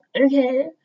okay